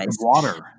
water